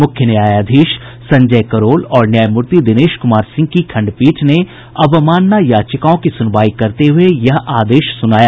मुख्य न्यायाधीश संजय करोल और न्यायमूर्ति दिनेश कुमार सिंह की खंडपीठ ने अवमानना याचिकाओं की सुनवाई करते हुए यह आदेश सुनाया